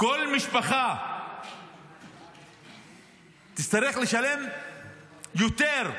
כל משפחה תצטרך לשלם יותר.